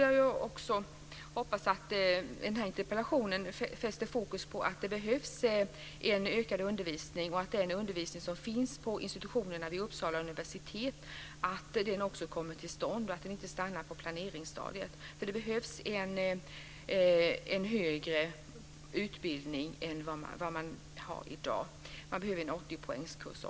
Jag hoppas att den här interpellationen fäster fokus på att det behövs en ökad undervisning och att undervisningen på institutionerna vid Uppsala universitet kommer till stånd och inte stannar på planeringsstadiet. Det behövs en högre utbildning än den som ges i dag. Det behövs också en 80-poängskurs.